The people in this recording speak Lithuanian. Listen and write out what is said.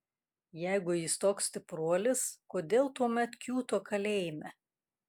jeigu jis toks stipruolis kodėl tuomet kiūto kalėjime